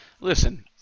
Listen